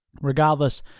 Regardless